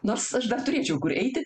nors aš dar turėčiau kur eiti